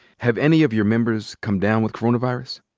have any of your members come down with coronavirus?